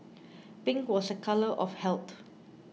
pink was a colour of health